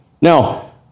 Now